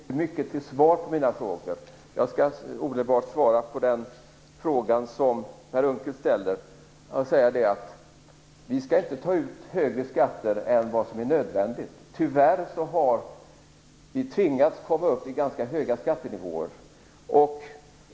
Fru talman! Det var inte mycket till svar på mina frågor. Jag skall omedelbart svara på den fråga som Per Unckel ställde. Vi skall inte ta ut högre skatter än vad som är nödvändigt. Tyvärr har vi tvingats komma upp i ganska höga skattenivåer.